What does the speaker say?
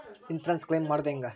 Insurance claim ಮಾಡೋದು ಹೆಂಗ?